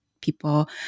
people